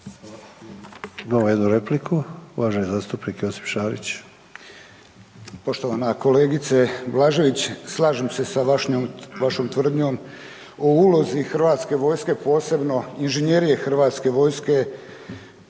Imamo jednu repliku. Uvaženi zastupnik Josip Šarić.